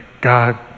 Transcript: God